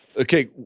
Okay